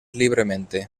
libremente